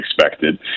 expected